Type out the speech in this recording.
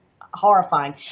horrifying